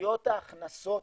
מתחזיות ההכנסות